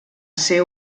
ser